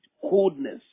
coldness